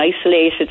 isolated